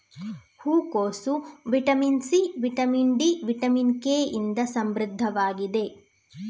ಹೂಕೋಸು vitamin C, vitamin D, vitamin K ಇಂದ ಸಮೃದ್ಧವಾಗಿದೆ